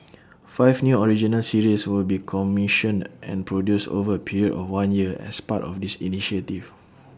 five new original series will be commissioned and produced over A period of one year as part of this initiative